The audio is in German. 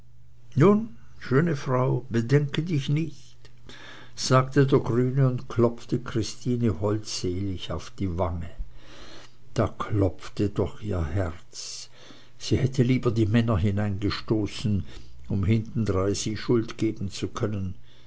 schöne frau bedenke dich nicht sagte der grüne und klopfte christine holdselig auf die wange da klopfte doch ihr herz sie hätte lieber die männer hineingestoßen um hintendrein sie schuld geben zu können